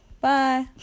bye